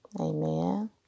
Amen